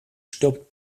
stirbt